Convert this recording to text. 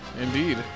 Indeed